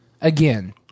Again